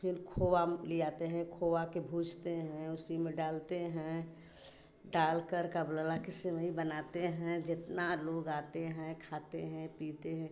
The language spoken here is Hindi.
फिर खोया लियाते हैं खोया के भूजते हैं उसी में डालते हैं डालकर का बोला ला कि सेवईं बनाते हैं जितना लोग आते हैं खाते हैं पीते हैं